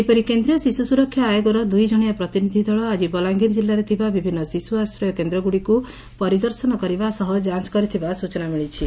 ସେହିପରି କେନ୍ଦ୍ରୀୟ ଶିଶୁ ସୁରକ୍ଷା ଆୟୋଗର ଦୁଇଜଶିଆ ପ୍ରତିନିଧି ଦଳ ଆକି ବଲାଙ୍ଗିର ଜିଲ୍ଲାରେ ଥିବା ବିଭିନ୍ନ ଶିଶୁ ଆଶ୍ରୟ କେନ୍ଦ୍ରଗୁଡ଼ିକୁ ପରିଦର୍ଶନ କରିବା ସହ ଯାଞ୍ କରିଥିବା ସ୍ଚନା ମିଳିଛି